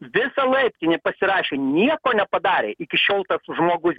visąlaik nepasirašė nieko nepadarė iki šiol tas žmogus